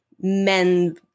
men